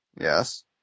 Yes